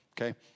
okay